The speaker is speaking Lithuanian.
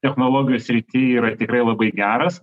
technologijų srity yra tikrai labai geras